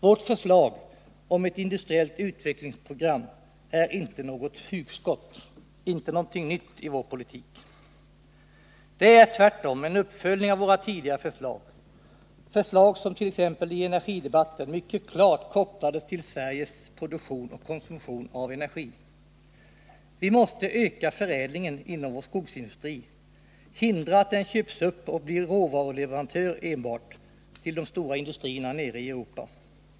Vårt förslag om ett industriellt utvecklingsprogram är inte något hugskott, inte någonting nytt i vår politik. Det är tvärtom en uppföljning av våra tidigare förslag — förslag som t.ex. i energidebatten mycket klart kopplades till Sveriges produktion och konsumtion av energi. Vi måste öka förädlingen inom skogsindustrin och hindra att den köps upp och blir enbart råvaruleverantör till de stora industrierna nere i Europa.